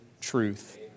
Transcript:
truth